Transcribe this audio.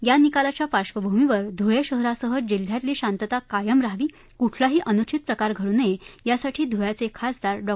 या निकालाच्या पार्धभूमीवर ध्वळे शहरासह जिल्ह्यातील शांतता कायम राहावी कुठलाही अनुचित प्रकार घडू नये यासाठी ध्वळ्याचे खासदार डॉ